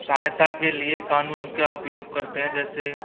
सहायता के लिए कानून का उपयोग करते हैं जैसे